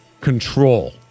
control